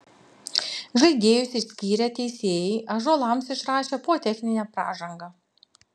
žaidėjus išskyrę teisėjai ąžuolams išrašė po techninę pražangą